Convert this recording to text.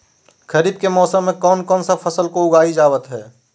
खरीफ के मौसम में कौन कौन सा फसल को उगाई जावत हैं?